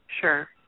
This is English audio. Sure